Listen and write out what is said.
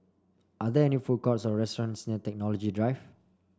are there any food courts or restaurants near Technology Drive